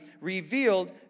revealed